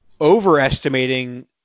overestimating